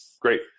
Great